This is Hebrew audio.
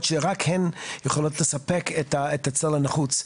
שרק הן יכולות לספק את הצורך הנחוץ.